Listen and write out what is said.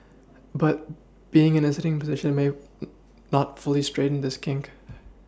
but being in a sitting position may not fully straighten this kink